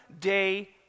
day